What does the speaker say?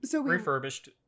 refurbished